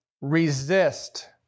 Resist